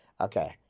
Okay